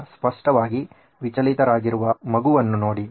ಈಗ ಸ್ಪಷ್ಟವಾಗಿ ವಿಚಲಿತರಾಗಿರುವ ಮಗುವನ್ನು ನೋಡಿ